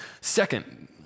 Second